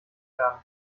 werden